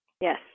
Yes